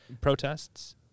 protests